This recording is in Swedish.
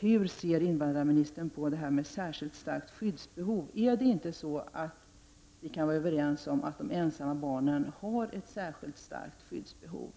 Hur ser invandrarministern på frågan om särskilt starkt skyddsbehov? Kan vi inte vara överens om att de ensamma barnen har ett särskilt starkt skyddsbehov?